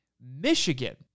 Michigan